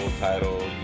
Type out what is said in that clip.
title